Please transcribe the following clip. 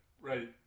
right